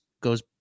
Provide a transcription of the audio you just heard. goes